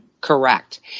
Correct